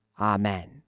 amen